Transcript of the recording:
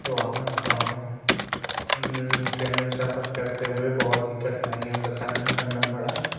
train में सफर करते हुए बहुत हीं कठिनाईयों का सामना करना पड़ा